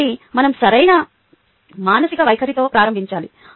కాబట్టి మనం సరైన మానసిక వైఖరితో ప్రారంభించాలి